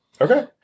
okay